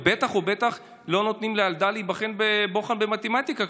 ובטח ובטח שלא נותנים לילדה להיבחן בבוחן במתמטיקה,